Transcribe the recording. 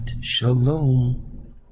Shalom